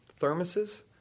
thermoses